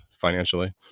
financially